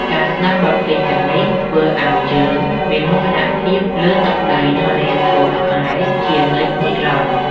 ការស្ដាប់បទភ្លេងទាំងនេះ ធ្វើឱ្យយើងមានមោទនភាពលើទឹកដី និងអរិយធម៌ខ្មែរជានិច្ចនិរន្តរ៍។